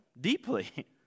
deeply